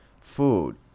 food